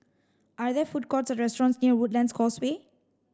are there food courts or restaurants near Woodlands Causeway